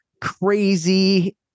crazy